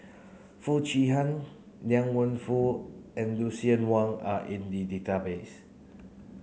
Foo Chee Han Liang Wenfu and Lucien Wang are in the database